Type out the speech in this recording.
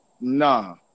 Nah